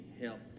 help